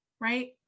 right